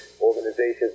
organizations